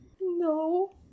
No